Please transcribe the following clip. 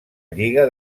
lliga